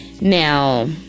Now